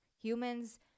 Humans